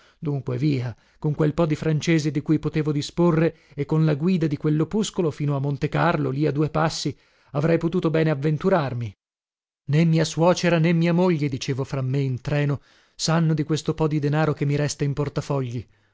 dunque via con quel po di francese di cui potevo disporre e con la guida di quellopuscolo fino a montecarlo lì a due passi avrei potuto bene avventurarmi né mia suocera né mia moglie dicevo fra me in treno sanno di questo po di denaro che mi resta in portafogli